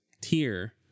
tier